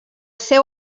seu